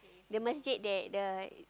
the masjid that the